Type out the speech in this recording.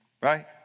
right